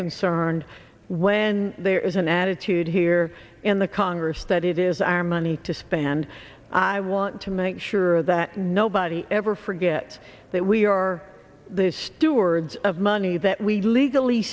concerned when there is an attitude here in the congress that it is our money to spend and i want to make sure that nobody ever forget that we are the stewards of money that we legally